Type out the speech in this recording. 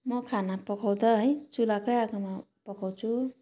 म खाना पकाउँदा है चुलाकै आगोमा पकाउँछु